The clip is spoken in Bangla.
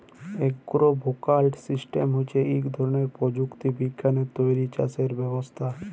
এগ্রো ভোল্টাইক সিস্টেম হছে ইক ধরলের পরযুক্তি বিজ্ঞালে তৈরি চাষের ব্যবস্থা